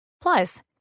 Plus